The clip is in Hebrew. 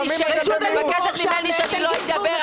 את מבקשת ממני שאני לא אדבר.